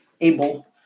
Able